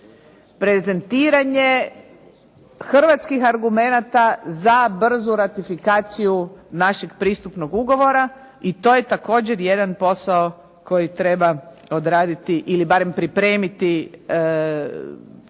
prezentiranje Hrvatskih argumenata za brzu ratifikaciju našeg pristupnog ugovora i to je također jedan posao koji treba odraditi, ili barem pripremiti